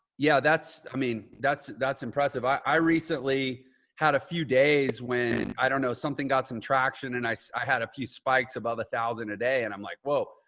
yeah. that's i mean, that's that's impressive. i i recently had a few days when i don't know something got some traction and i i had a few spikes above a thousand a day and i'm like, whoa,